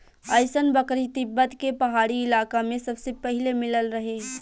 अइसन बकरी तिब्बत के पहाड़ी इलाका में सबसे पहिले मिलल रहे